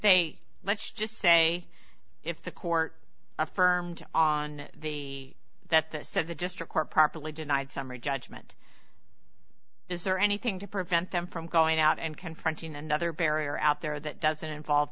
they let's just say if the court affirmed on the that the so the district court properly denied summary judgment is there anything to prevent them from going out and confronting another barrier out there that doesn't involve